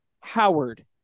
Howard